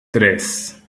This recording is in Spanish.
tres